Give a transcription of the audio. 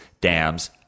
dams